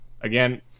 again